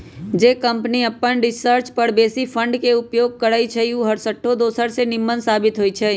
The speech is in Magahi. जे कंपनी अप्पन रिसर्च पर बेशी फंड के उपयोग करइ छइ उ हरसठ्ठो दोसर से निम्मन साबित होइ छइ